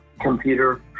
computer